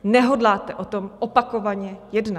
Nehodláte o tom opakovaně jednat.